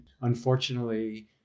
unfortunately